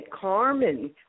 Carmen